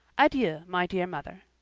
adieu, my dear mother.